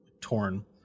torn